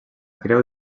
creu